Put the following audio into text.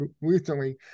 recently